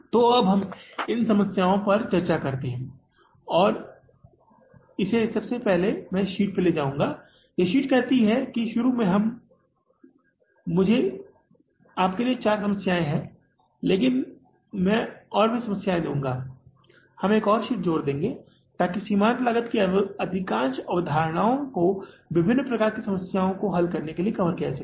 तो अब हम इन समस्याओं पर चर्चा करते हैं और मैं इसे सबसे पहले इस शीट पर ले जाऊंगा यह शीट कहती है कि शुरू में हम हैं कि मुझे आपके लिए चार समस्याएं हैं लेकिन मैं और भी समस्याएं दूंगा हम एक और शीट जोड़ देंगे ताकि सीमांत लागत की अधिकांश अवधारणाओं को विभिन्न प्रकार की समस्याओं को हल करने के लिए कवर किया जा सके